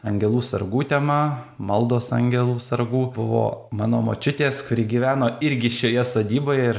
angelų sargų tema maldos angelų sargų buvo mano močiutės kuri gyveno irgi šioje sodyboje ir